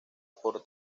por